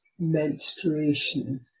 Menstruation